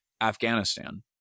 Afghanistan